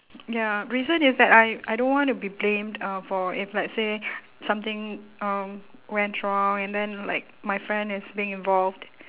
ya reason is that I I don't want to be blamed uh for if let's say something um went wrong and then like my friend is being involved